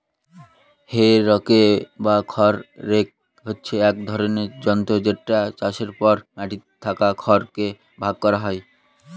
হে rake বা খড় rake হচ্ছে এক ধরনের যন্ত্র যেটা চাষের পর মাটিতে থাকা খড় কে ভাগ করা হয়